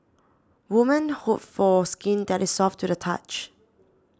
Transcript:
women hope for skin that is soft to the touch